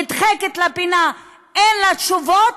נדחקת לפינה ואין לה תשובות,